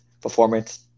performance